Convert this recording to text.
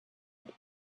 and